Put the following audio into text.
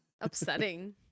Upsetting